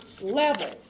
level